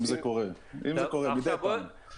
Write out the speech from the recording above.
אם זה קורה מידי פעם.